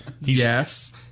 yes